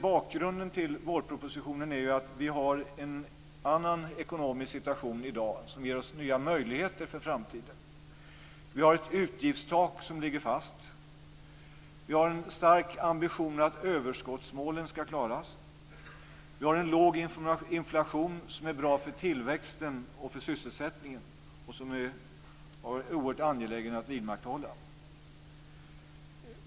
Bakgrunden till vårpropositionen är ju att vi i dag har en annan ekonomisk situation som ger oss nya möjligheter för framtiden. Vi har ett utgiftstak som ligger fast. Vi har en stark ambition att överskottsmålen skall klaras. Vi har en låg inflation som är bra för tillväxten och sysselsättningen och som det är oerhört angeläget att vidmakthålla.